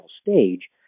stage